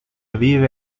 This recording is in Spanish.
vive